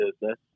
business